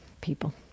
people